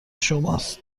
شماست